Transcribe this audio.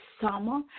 summer